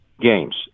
games